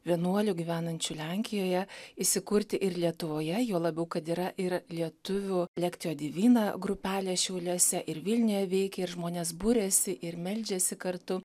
vienuolių gyvenančių lenkijoje įsikurti ir lietuvoje juo labiau kad yra ir lietuvių lektio divina grupelė šiauliuose ir vilniuje veikia ir žmonės buriasi ir meldžiasi kartu